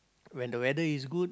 when the weather is good